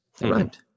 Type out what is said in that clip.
Right